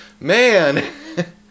man